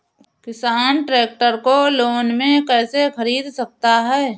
किसान ट्रैक्टर को लोन में कैसे ख़रीद सकता है?